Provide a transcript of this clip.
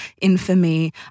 infamy